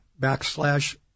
backslash